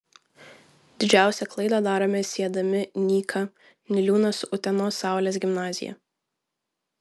didžiausią klaidą darome siedami nyką niliūną su utenos saulės gimnazija